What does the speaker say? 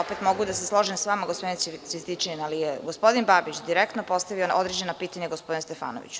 Opet mogu da se složim sa vama, gospodine Cvetićanin, ali je gospodin Babić direktno postavio određena pitanja gospodinu Stefanoviću.